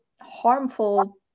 harmful